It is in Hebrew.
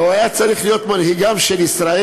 והוא היה צריך להיות מנהיגה של ישראל,